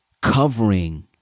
covering